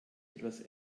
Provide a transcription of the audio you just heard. etwas